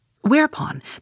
Whereupon